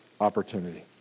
opportunity